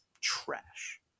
trash